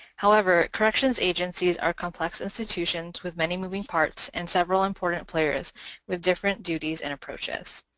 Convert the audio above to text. however, corrections agencies are complex institutions with many moving parts and several important players with different duties and approaches.